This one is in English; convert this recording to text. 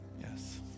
Yes